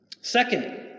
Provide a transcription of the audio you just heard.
Second